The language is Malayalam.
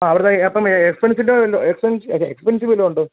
ആ അവരുടെ അപ്പം എക്സ്പെൻസിൻറെ വല്ലതും എക്സ്പെൻസ് എക്സ്പെൻസീവ് വല്ലതും ഉണ്ടോ